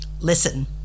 listen